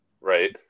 Right